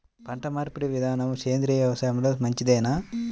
పంటమార్పిడి విధానము సేంద్రియ వ్యవసాయంలో మంచిదేనా?